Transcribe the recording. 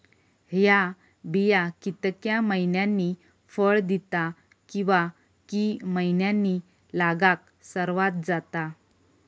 हया बिया कितक्या मैन्यानी फळ दिता कीवा की मैन्यानी लागाक सर्वात जाता?